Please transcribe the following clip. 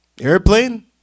Airplane